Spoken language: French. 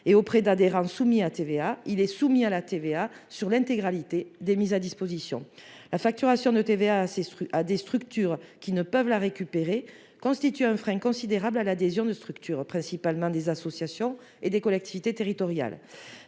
et auprès d'adhérents soumis à TVA il est soumis à la TVA sur l'intégralité des mises à disposition, la facturation de TVA, c'est à des structures qui ne peuvent la récupérer constitue un frein considérable à l'adhésion de structures principalement des associations et des collectivités territoriales,